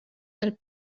dal